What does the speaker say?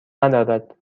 ندارد